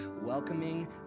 welcoming